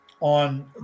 on